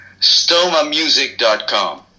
Stomamusic.com